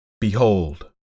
Behold